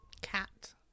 Cat